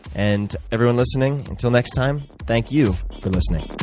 and everyone listening, until next time. thank you for listening